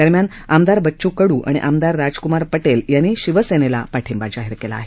दरम्यान आमदार बच्चू कडू आणि आमदार राजक्मार पटेल यांनी शिवसेनेला पाठिंबा जाहीर केला आहे